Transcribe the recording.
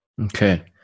okay